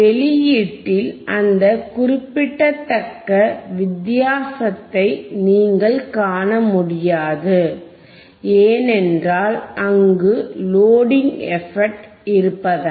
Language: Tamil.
வெளியீட்டில் அந்த குறிப்பிடத்தக்க வித்தியாசத்தை நீங்கள் காண முடியாது ஏனென்றால் அங்கு லோடிங் எபக்ட் இருப்பதனால்